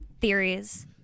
theories